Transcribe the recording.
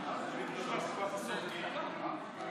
את הצעת חוק חובת המכרזים (תיקון,